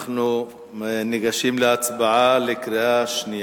אנחנו ניגשים להצבעה בקריאה שנייה.